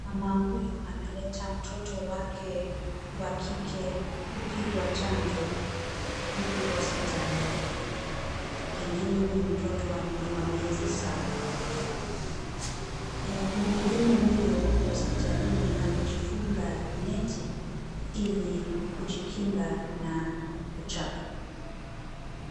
Mama huyu ameleta mtoto wake wa kike kupigwa chanjo huku hospitalini, pengine huyu mtoto ni wa miezi saba mhudumu huyo hospitalini amejifunga neti ili kujikinga na uchafu.